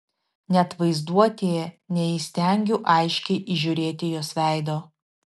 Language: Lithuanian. net vaizduotėje neįstengiu aiškiai įžiūrėti jos veido